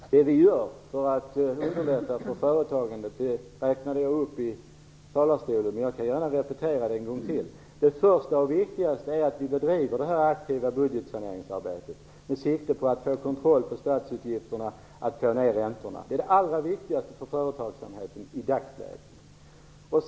Fru talman! Det vi gör för att underlätta för företagandet räknade jag upp i talarstolen. Men jag kan gärna repetera det en gång till. Det första och viktigaste är att vi bedriver budgetsaneringsarbetet aktivt med sikte på att få kontroll på statsutgifterna, att få ned räntorna. Det är det allra viktigaste för företagsamheten i dagsläget.